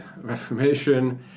reformation